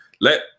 let